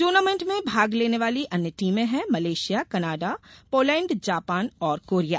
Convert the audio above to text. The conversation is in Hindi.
टूर्नामेंट में भाग लेने वाली अन्य टीमें हैं मलेशिया कनाडा पोलैंड जापान और कोरिया